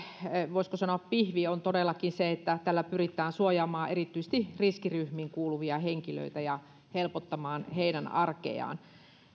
voisiko sanoa pihvi on todellakin se että tällä pyritään suojaamaan erityisesti riskiryhmiin kuuluvia henkilöitä ja helpottamaan heidän arkeaan